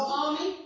army